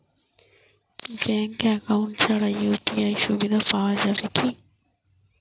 Bank account ছাড়া UPI সুবিধা পাওয়া যাবে কি না?